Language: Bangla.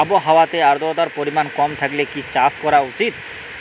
আবহাওয়াতে আদ্রতার পরিমাণ কম থাকলে কি চাষ করা উচিৎ?